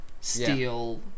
steel